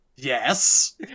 Yes